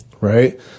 Right